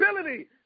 ability